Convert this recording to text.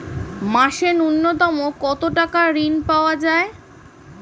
মাসে নূন্যতম কত টাকা ঋণ পাওয়া য়ায়?